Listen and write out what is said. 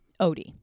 Odie